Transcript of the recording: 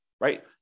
right